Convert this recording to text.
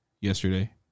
yesterday